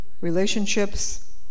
relationships